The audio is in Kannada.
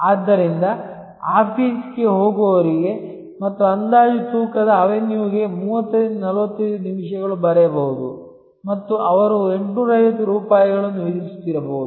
ಆದ್ದರಿಂದ ಆಫೀಸ್ಗೆ ಹೋಗುವವರಿಗೆ ಮತ್ತು ಅಂದಾಜು ತೂಕದ ಅವೆನ್ಯೂಗೆ 30 ರಿಂದ 45 ನಿಮಿಷಗಳು ಬರೆಯಬಹುದು ಮತ್ತು ಅವರು 850 ರೂಪಾಯಿಗಳನ್ನು ವಿಧಿಸುತ್ತಿರಬಹುದು